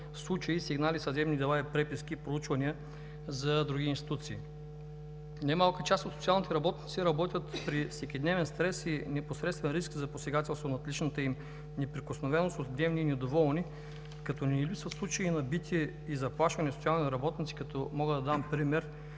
случаи, сигнали, съдебни дела, преписки и проучвания за други институции. Не малка част от социалните работници работят при всекидневен стрес и непосредствен риск за посегателство над личната им неприкосновеност от гневни и недоволни, като не липсват случаи и на бити и заплашвани социални работници. Мога да дам пример